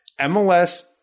MLS